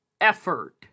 effort